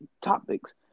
topics